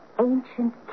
ancient